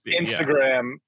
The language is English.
Instagram